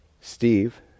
Steve